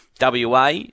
WA